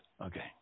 Okay